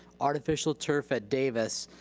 artificial turf at davis,